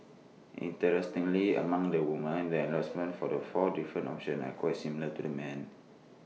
interestingly among the women the endorsement for the four different options are quite similar to the men